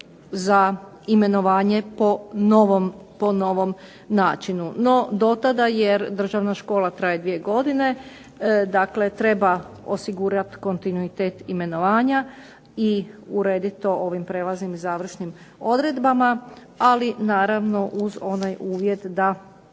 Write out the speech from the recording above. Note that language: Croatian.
za imenovanje po novom načinu. No do tada, jer državna škola traje dvije godine, dakle treba osigurati kontinuitet imenovanja i urediti to ovim prelaznim i završnim odredbama, ali naravno uz onaj uvjet da